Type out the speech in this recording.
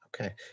Okay